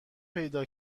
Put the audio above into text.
پیدا